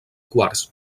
quars